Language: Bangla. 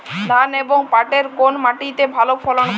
ধান এবং পাটের কোন মাটি তে ভালো ফলন ঘটে?